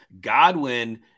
Godwin